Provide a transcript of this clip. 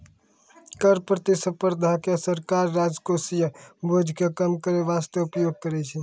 कर प्रतिस्पर्धा के सरकार राजकोषीय बोझ के कम करै बासते उपयोग करै छै